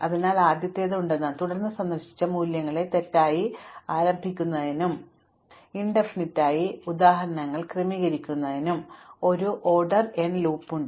അതിനാൽ ആദ്യത്തേത് ഉണ്ട് തുടർന്ന് സന്ദർശിച്ച മൂല്യങ്ങളെ തെറ്റായി ആരംഭിക്കുന്നതിനും അനന്തതയിലേക്കുള്ള ഉദാഹരണങ്ങൾ ക്രമീകരിക്കുന്നതിനും ഒരു ഓർഡർ എൻ ലൂപ്പ് ഉണ്ട്